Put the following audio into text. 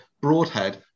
Broadhead